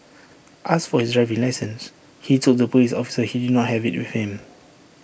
asked for his driving licence he told the Police officer he did not have IT with him